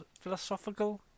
philosophical